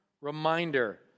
Reminder